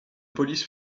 police